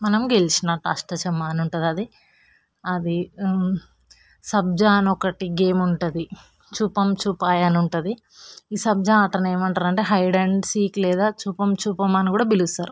మనం గెలిచినట్టు అష్టాచమ్మా అని ఉంటుంది అది సబ్జా అని ఒకటి గేమ్ ఉంటుంది చుపంచుపాయ అని ఉంటుంది సబ్జా ఆటను ఏమంరు అంటే హైడ్ అండ్ సీక్ లేదా చుపంచుపమ్ అని కూడా పిలుస్తారు